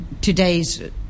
today's